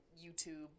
YouTube